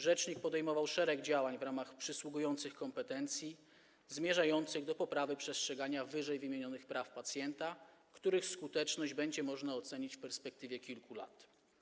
Rzecznik podejmował szereg działań w ramach przysługujących kompetencji, zmierzających do poprawy przestrzegania ww. praw pacjenta, których skuteczność będzie można ocenić w perspektywie kilku lat.